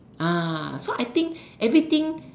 ah so I think everything